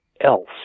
else